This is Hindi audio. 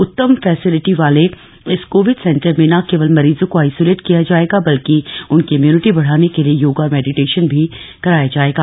उत्तम फ्यसिलिटी वाले इस कोविड सेंटर में न केवल मरीजों को आइसोलेट किया जाएगा बल्कि उनकी इम्युनिटी बढ़ाने के लिए योगा और मेडिटेशन भी कराया जाएगा